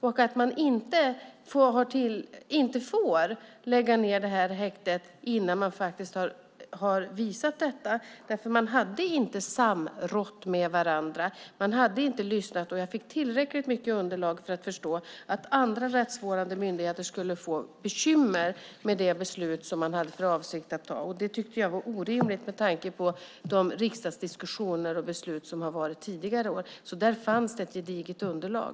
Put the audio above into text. Och man får inte lägga ned det här häktet innan man faktiskt har visat detta. Man hade nämligen inte samrått med varandra. Man hade inte lyssnat. Och jag fick tillräckligt mycket underlag för att förstå att andra rättsvårdande myndigheter skulle få bekymmer med det beslut som man hade för avsikt att ta. Det tyckte jag var orimligt med tanke på de riksdagsdiskussioner och beslut som har varit tidigare år. Där fanns det alltså ett gediget underlag.